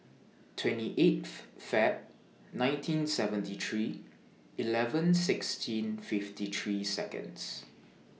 twenty eight Feb nineteen seventy three eleven sixteen fifty three Seconds